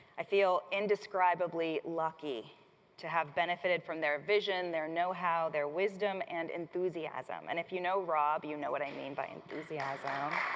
i feel indescribably lucky to have benefited from their vision, their know-how, their wisdom and enthusiasm, and if you know rob, you know what i mean by enthusiasm.